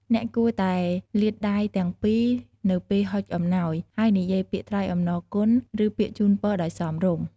អ្នកគួរតែលាតដៃទាំងពីរនៅពេលហុចអំណោយ ហើយនិយាយពាក្យថ្លែងអំណរគុណ ឬពាក្យជូនពរដោយសមរម្យ។